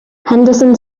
henderson